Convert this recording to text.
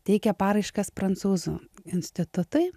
teikė paraiškas prancūzų institutai